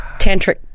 tantric